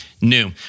new